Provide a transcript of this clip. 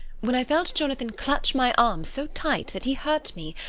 when i felt jonathan clutch my arm so tight that he hurt me,